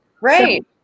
right